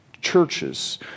churches